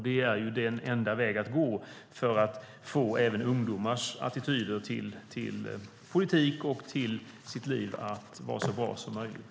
Det är den enda vägen att gå för att få ungdomars attityd till politik och sina liv att bli så bra som möjligt.